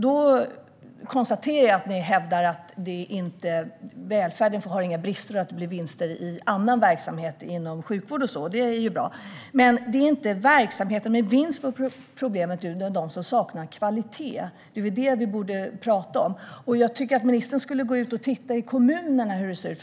Då konstaterar jag att ni hävdar att välfärden inte har några brister och att det blir vinster i annan verksamhet inom sjukvård och så, och det är ju bra. Men det är ju inte verksamheter som går med vinst som är problemet, utan problemet är de verksamheter som saknar kvalitet. Det är ju det vi borde prata om. Jag tycker att ministern borde gå ut och se hur det ser ut i kommunerna.